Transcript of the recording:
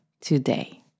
today